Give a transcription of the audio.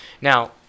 now